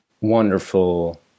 wonderful